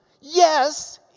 yes